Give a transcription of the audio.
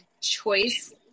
choice